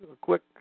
quick